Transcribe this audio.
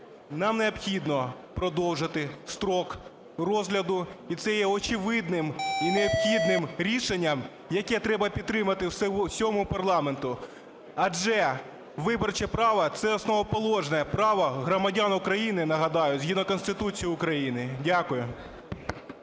Нам необхідно продовжити строк розгляду і це є очевидним і необхідним рішенням, яке треба підтримати всьому парламенту, адже виборче право – це основоположне право громадян України, нагадаю, згідно Конституції України. Дякую.